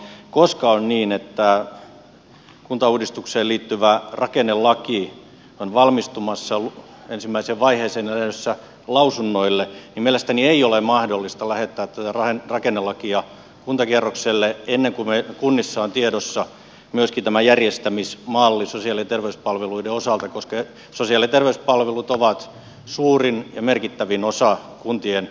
koska on niin että kuntauudistukseen liittyvä rakennelaki on valmistumassa ensimmäiseen vaiheeseen ja lähdössä lausunnoille ei mielestäni ole mahdollista lähettää tätä rakennelakia kuntakierrokselle ennen kuin kunnissa on tiedossa myöskin tämä järjestämismalli sosiaali ja terveyspalveluiden osalta koska sosiaali ja terveyspalvelut ovat suurin ja merkittävin osa kuntien tehtävistä